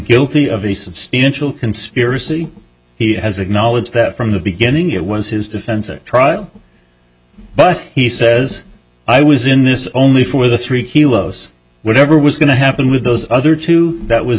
guilty of a substantial conspiracy he has acknowledged that from the beginning it was his defense at trial but he says i was in this only for the three kilos whatever was going to happen with those other two that was